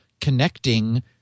connecting